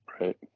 right